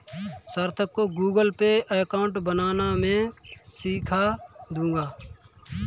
सार्थक को Google Pay account बनाना मैं सीखा दूंगा